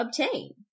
obtain